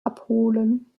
abholen